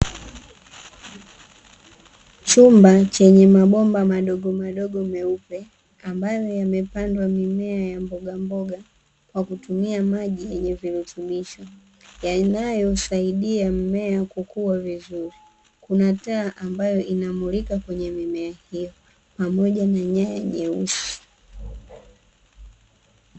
Chumba chenye mabomba madogomadogo meupe, ambayo yamepandwa mimea ya mbogamboga kwa kutumia maji yenye virutubisho, yanayosaidia mmea kukua vizuri. Kuna taa ambayo inamulika kwenye mimea hiyo, pamoja na nyaya nyeusi.